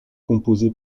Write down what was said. composé